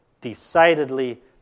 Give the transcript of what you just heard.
decidedly